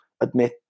admit